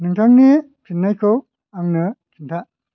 नोंथांनि फिन्नायखौ आंनो खिन्था